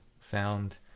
sound